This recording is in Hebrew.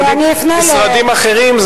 על משרדים אחרים,